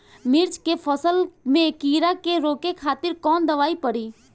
मिर्च के फसल में कीड़ा के रोके खातिर कौन दवाई पड़ी?